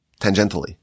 tangentially